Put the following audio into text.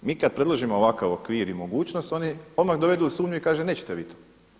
Mi kad predložimo ovakav okvir i mogućnost oni odmah dovedu u sumnju i kažu nećete vi to.